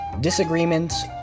disagreements